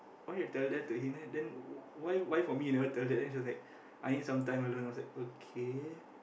why you tell that to him then then why why for me you never tell that then she was like I need some time alone I was like okay